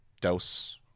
dose